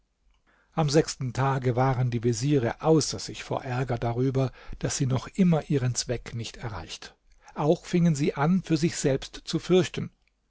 am sechsten tage waren die veziere außer sich vor ärger darüber daß sie noch immer ihren zweck nicht erreicht auch fingen sie an für sich selbst zu fürchten